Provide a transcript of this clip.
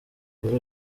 kuri